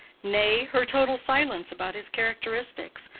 nay, her total silence about his characteristics,